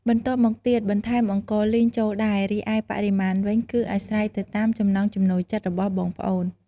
បន្ទាប់មកទៀត បន្ថែមអង្ករលីងចូលដែរ រីឯបរិមាណវិញ គឺអាស្រ័យទៅតាមចំណង់ចំណូលចិត្តរបស់បងប្អូន។